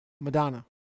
Madonna